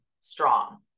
strong